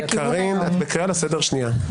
את בקריאה לסדר שנייה.